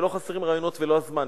ולא חסרים רעיונות ולא הזמן.